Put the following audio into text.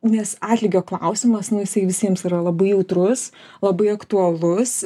nes atlygio klausimas nu jisai visiems yra labai jautrus labai aktualus